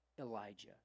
Elijah